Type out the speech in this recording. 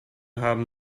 haben